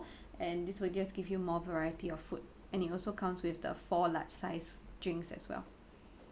and this will just give you more variety of food and it also comes with the four large sized drinks as well